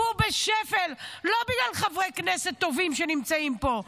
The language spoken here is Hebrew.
והוא בשפל לא בגלל חברי כנסת טובים שנמצאים פה.